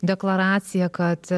deklaracija kad